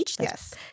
yes